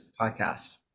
podcast